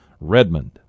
Redmond